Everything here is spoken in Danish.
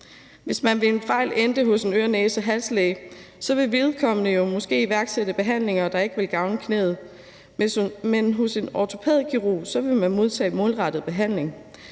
Hvis man ved en fejl endte hos en øre-næse-hals-læge, ville vedkommende jo måske iværksætte behandlinger, der ikke ville gavne knæet, men hos en ortopædkirurg ville man modtage målrettet behandling.